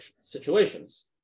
situations